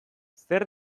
zer